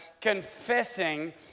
confessing